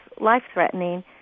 life-threatening